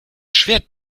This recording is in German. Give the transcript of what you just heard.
schwer